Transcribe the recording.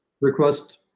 Request